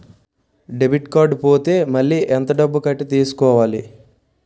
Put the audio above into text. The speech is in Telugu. డెబిట్ కార్డ్ పోతే మళ్ళీ ఎంత డబ్బు కట్టి తీసుకోవాలి?